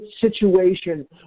situation